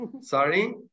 Sorry